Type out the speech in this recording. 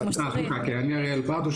אני אריאל פרטוש,